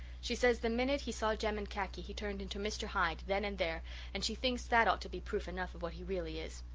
she says the minute he saw jem in khaki he turned into mr. hyde then and there and she thinks that ought to be proof enough of what he really is.